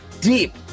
deep